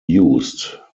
used